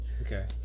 okay